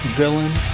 villain